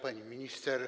Pani Minister!